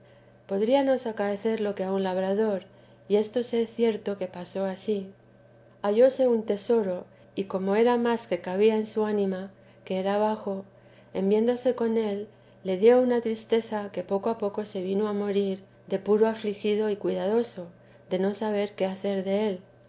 podríanos acaecer lo que a un labrador y esto sé cierto que pasó ansí hallóse un tesoro y como era más que cabía en su ánimo que era bajo en viéndose con él le dio una tristeza que poco a poco se vino a morir de puro afligido y cuidadoso de no saber qué hacer del